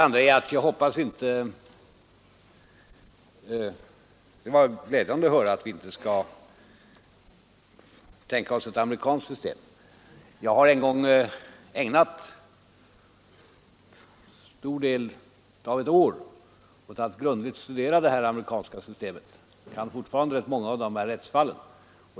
För det andra var det glädjande att höra att vi inte skall tänka oss ett amerikanskt system. Jag har en gång ägnat stor del av ett år åt att grundligt studera det här amerikanska systemet, och jag kan fortfarande rätt många av de rättsfallen.